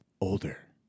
Older